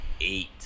eight